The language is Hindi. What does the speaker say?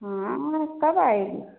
हाँ कब आएंगी